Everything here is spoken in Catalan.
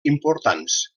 importants